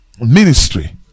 Ministry